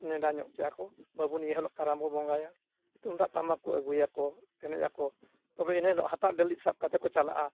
ᱱᱮᱸᱰᱟ ᱧᱚᱜ ᱠᱮᱫᱟᱠᱚ ᱵᱟᱹᱵᱩ ᱱᱤᱭᱟᱹ ᱦᱤᱞᱳᱜ ᱠᱟᱨᱟᱢ ᱵᱚᱱ ᱵᱚᱸᱜᱟᱭᱟ ᱛᱩᱢᱫᱟᱜ ᱴᱟᱢᱟᱠ ᱠᱚ ᱟᱹᱜᱩᱭᱟᱠᱚ ᱮᱱᱮᱡ ᱟᱠᱚ ᱛᱚᱵᱮ ᱮᱱ ᱦᱤᱞᱳᱜ ᱦᱟᱴᱟᱜ ᱰᱟᱹᱞᱤᱡ ᱥᱟᱵ ᱠᱟᱛᱮ ᱠᱚ ᱪᱟᱞᱟᱜᱼᱟ